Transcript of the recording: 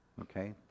Okay